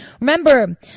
Remember